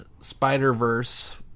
Spider-Verse